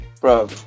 bro